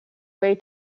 way